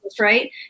right